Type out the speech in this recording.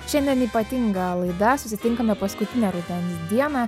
šiandien ypatinga laida susitinkame paskutinę rudens dieną